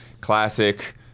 classic